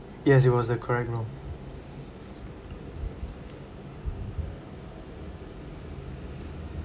yes it was the correct room